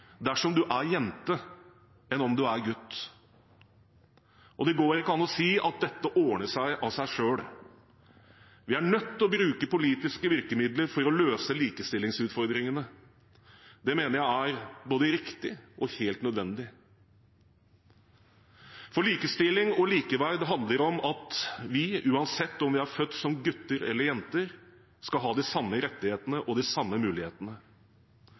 dersom du er jente enn om du er gutt. Det går ikke an å si at dette ordner seg av seg selv. Vi er nødt til å bruke politiske virkemidler for å løse likestillingsutfordringene, og det mener jeg er både riktig og helt nødvendig, for likestilling og likeverd handler om at vi, uansett om vi er født som gutter eller jenter, skal ha de samme rettighetene og de samme mulighetene.